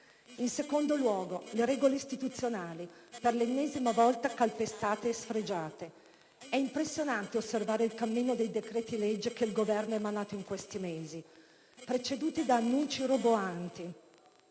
In secondo luogo, le regole istituzionali per l'ennesima volta calpestate e sfregiate. È impressionante osservare il cammino dei decreti-legge che il Governo ha emanato in questi mesi. Preceduti da annunci roboanti,